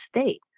state